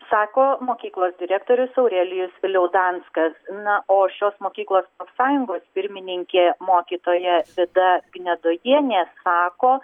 sako mokyklos direktorius aurelijus liaudanskas na o šios mokyklos sąjungos pirmininkė mokytoja vida gnedojienė sako